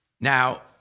Now